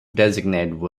designate